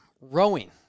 rowing